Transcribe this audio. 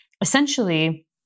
essentially